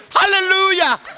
hallelujah